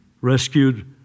rescued